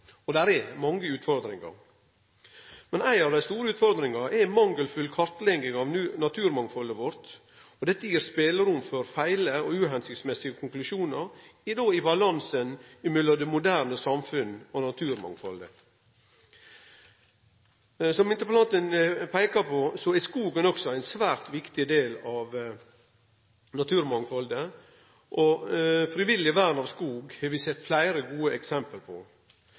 og debatten som var rundt dette temaet. Det er mange utfordringar. Men ei av dei store utfordringane er mangelfull kartlegging av naturmangfaldet vårt. Dette gir spelerom for feil – og uhensiktsmessige – konklusjonar i balansen mellom det moderne samfunn og naturmangfaldet. Som interpellanten peikar på, er også skogen ein svært viktig del av naturmangfaldet. Frivillig vern av skog har vi sett fleire gode eksempel på.